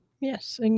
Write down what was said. Yes